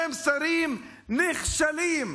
כשרים נכשלים.